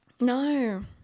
No